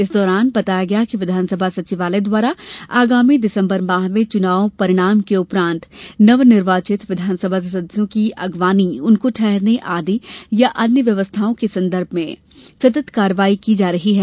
इस दौरान बताया गया है कि विधानसभा सचिवालय द्वारा आगामी दिसंबर माह में चुनाव परिणाम के उपरांत नवनिर्वाचित विधानसभा सदस्यों की अगवानी उनको ठहरने आदि तथा अन्य व्यवस्थाओं के संबंध में सतत कार्यवाही की जा रही है